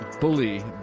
Bully